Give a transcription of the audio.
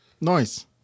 Nice